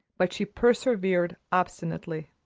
but she persevered obstinately.